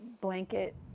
Blanket